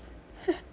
!huh!